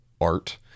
art